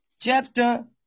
chapter